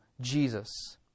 Jesus